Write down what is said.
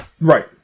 Right